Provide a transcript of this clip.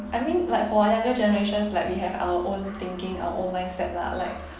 I mean like for younger generations like we have our own thinking our own mindset lah like